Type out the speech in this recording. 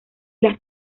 las